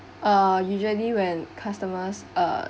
uh usually when customers uh